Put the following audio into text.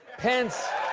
pence